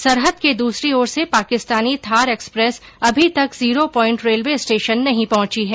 सरहद के दूसरी ओर से पाकिस्तानी थार एक्सप्रेस अभी तक जीरो पोईन्ट रेलवे स्टेशन नहीं पहची है